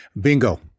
bingo